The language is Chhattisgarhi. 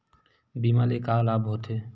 बीमा ले का लाभ होथे?